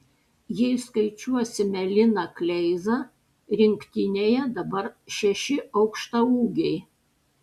jei skaičiuosime liną kleizą rinktinėje dabar šeši aukštaūgiai